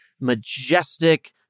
majestic